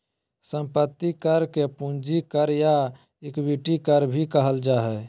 संपत्ति कर के पूंजी कर या इक्विटी कर भी कहल जा हइ